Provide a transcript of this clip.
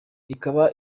ikaba